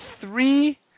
three